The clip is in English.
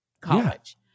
college